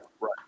right